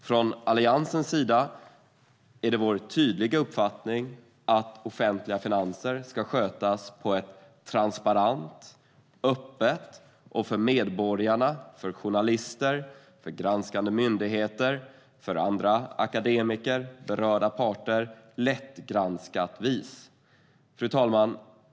Det är Alliansens tydliga uppfattning att offentliga finanser ska skötas på ett transparent, öppet och för medborgare, journalister, granskande myndigheter, andra akademiker och berörda parter lättgranskat vis.